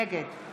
נגד